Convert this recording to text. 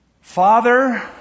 Father